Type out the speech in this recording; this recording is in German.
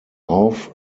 auf